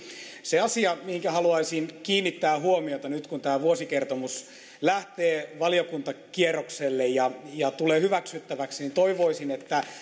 se asia mihinkä haluaisin kiinnittää huomiota nyt kun tämä vuosikertomus lähtee valiokuntakierrokselle ja ja tulee hyväksyttäväksi toivoisin että